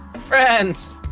friends